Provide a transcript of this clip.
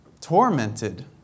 Tormented